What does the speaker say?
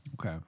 Okay